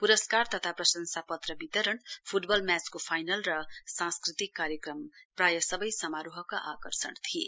प्रस्कार तथा प्रंशसा पत्र वितरण फ्टबल म्याचको फाइनल र सांस्कृतिक कार्यक्रम प्राय सबै समारोहका आकर्षण थिए